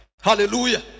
hallelujah